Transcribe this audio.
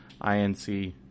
inc